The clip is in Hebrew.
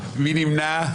מי נמנע?